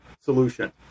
solution